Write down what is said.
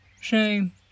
Shame